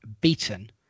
beaten